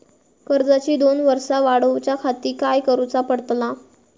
कर्जाची दोन वर्सा वाढवच्याखाती काय करुचा पडताला?